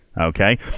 Okay